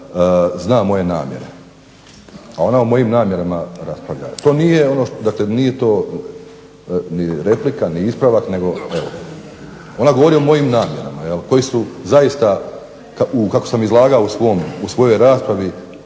zna moje namjere, a ona o mojim namjerama raspravlja. To nije replika ni ispravak, ona govori o mojim namjerama koji su zaista kako samo izlagao u svojoj raspravi,